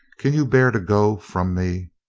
can you bear to go from me?